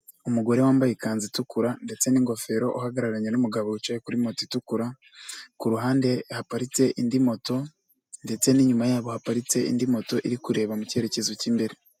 Umugore wambaye ikanzu itukura ndetse n'ingofero uhagararanye n'umugabo wicaye kuri moto itukura, ku ruhande haparitse indi moto ndetse n'inyuma yabo haparitse indi moto iri kureba mu cyerekezo cy'imbere.